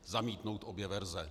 Zamítnout obě verze!